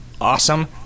awesome